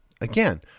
again